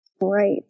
Right